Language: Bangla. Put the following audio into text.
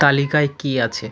তালিকায় কী আছে